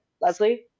Leslie